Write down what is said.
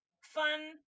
fun